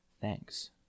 Thanks